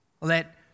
Let